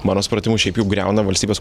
mano supratimu šiaip jau griauna valstybės